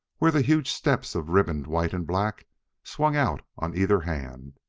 where the huge steps of ribboned white and black swung out on either hand,